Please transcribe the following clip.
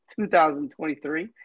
2023